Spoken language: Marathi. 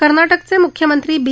कर्नाटकचे मुख्यमंत्री बी